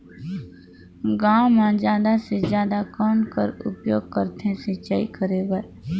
गांव म जादा से जादा कौन कर उपयोग करथे सिंचाई करे बर?